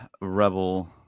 rebel